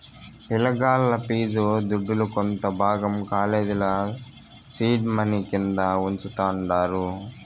పిలగాల్ల ఫీజు దుడ్డుల కొంత భాగం కాలేజీల సీడ్ మనీ కింద వుంచతండారు